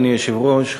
אדוני היושב-ראש,